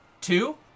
Two